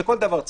כל דבר צפוי,